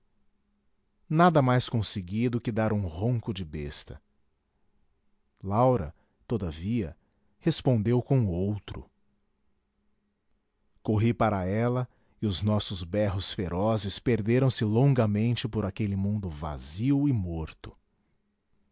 nada mais consegui do que dar um ronco de besta laura todavia respondeu com outro corri para ela e os nossos berros ferozes perderam-se longamente por aquele mundo vazio e morto